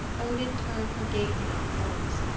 odin turned from gazing on the norns,